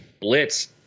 blitz